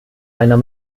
einer